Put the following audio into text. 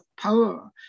power